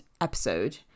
episode